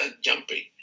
jumping